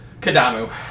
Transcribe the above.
Kadamu